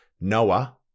Noah